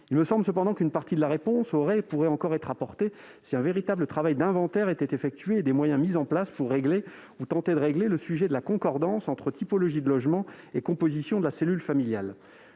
Il me semble cependant qu'une partie de la réponse aurait pu et pourrait encore être apportée si un véritable travail d'inventaire était effectué et si des moyens étaient mis en place pour régler, ou tenter de régler, le sujet de la concordance entre typologie du logement et composition de la cellule familiale.